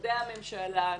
משרדי הממשלה.